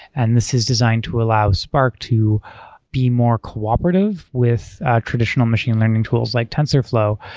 and this is designed to allow spark to be more cooperative with traditional machine learning tools like tensorflow,